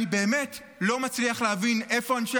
אני באמת לא מצליח להבין איפה אנשי